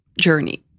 journey